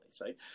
right